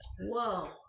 Whoa